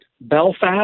Belfast